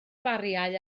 bariau